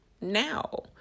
now